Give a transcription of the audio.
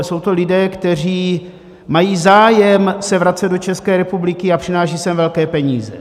Jsou to lidé, kteří mají zájem se vracet do České republiky a přinášejí sem velké peníze.